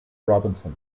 robinson